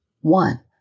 one